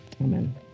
Amen